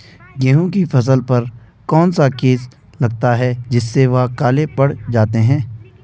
गेहूँ की फसल पर कौन सा केस लगता है जिससे वह काले पड़ जाते हैं?